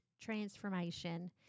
transformation